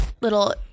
little